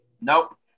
Nope